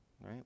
right